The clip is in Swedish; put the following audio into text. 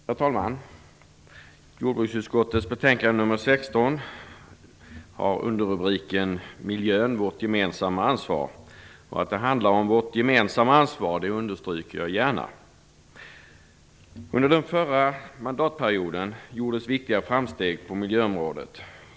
Herr talman! Jordbruksutskottets betänkande nr 16 har underrubriken Miljön - Vårt gemensamma ansvar. Att det handlar om vårt gemensamma ansvar understryker jag gärna. Under den förra mandatperioden gjordes viktiga framsteg på miljöområdet.